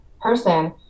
person